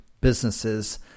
businesses